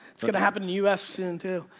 it's gonna happen in the u s. soon to.